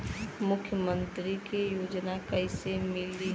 मुख्यमंत्री के योजना कइसे मिली?